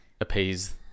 appease